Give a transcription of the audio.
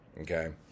okay